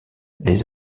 les